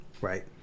Right